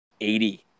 80